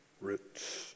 roots